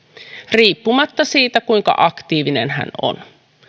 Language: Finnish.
riippumatta siitä kuinka aktiivinen hän on